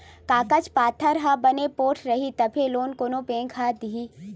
कागज पाथर ह बने पोठ रइही तभे लोन कोनो बेंक ह देथे